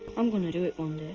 i'm going to do it one